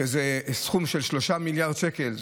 שזה בסכום של 3 מיליארד שקל,